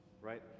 Right